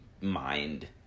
mind